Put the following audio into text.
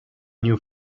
new